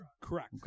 Correct